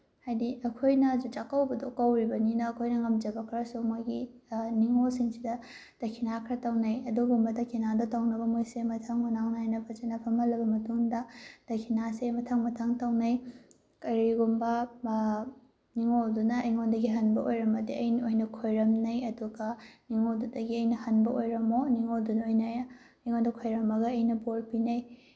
ꯍꯥꯏꯗꯤ ꯑꯩꯈꯣꯏꯅ ꯆꯥꯛꯀꯧꯕꯗꯣ ꯀꯧꯔꯤꯕꯅꯤꯅ ꯑꯩꯈꯣꯏꯅ ꯉꯝꯖꯕ ꯈꯔꯁꯨ ꯃꯣꯏꯒꯤ ꯅꯤꯉꯣꯜꯁꯤꯡꯁꯤꯗ ꯗꯈꯤꯅꯥ ꯈꯔ ꯇꯧꯅꯩ ꯑꯗꯨꯒꯨꯝꯕ ꯗꯈꯤꯅꯥꯗꯣ ꯇꯧꯅꯕ ꯃꯣꯏꯁꯦ ꯃꯊꯪ ꯃꯅꯥꯎ ꯅꯥꯏꯅ ꯐꯖꯅ ꯐꯝꯍꯜꯂꯕ ꯃꯇꯨꯡꯗ ꯗꯈꯤꯅꯥꯁꯦ ꯃꯊꯪ ꯃꯊꯪ ꯇꯧꯅꯩ ꯀꯔꯤꯒꯨꯝꯕ ꯅꯤꯉꯣꯜꯗꯨꯅ ꯑꯩꯉꯣꯟꯗꯒꯤ ꯍꯟꯕ ꯑꯣꯏꯔꯝꯃꯗꯤ ꯑꯩꯅ ꯑꯣꯏꯅ ꯈꯣꯏꯔꯝꯅꯩ ꯑꯗꯨꯒ ꯅꯤꯉꯣꯜꯗꯨꯗꯒꯤ ꯑꯩꯅ ꯍꯟꯕ ꯑꯣꯏꯔꯝꯃꯣ ꯅꯤꯉꯣꯜꯗꯨꯅ ꯑꯣꯏꯅ ꯑꯩꯉꯣꯟꯗ ꯈꯣꯏꯔꯝꯃꯒ ꯑꯩꯅ ꯕꯣꯔ ꯄꯤꯅꯩ